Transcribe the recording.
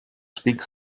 speak